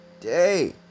day